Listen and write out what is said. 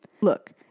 Look